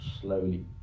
slowly